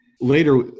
Later